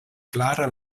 klara